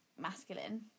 masculine